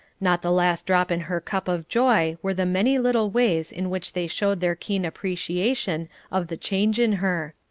not the last drop in her cup of joy were the many little ways in which they showed their keen appreciation of the change in her.